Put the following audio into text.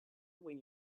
when